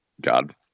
God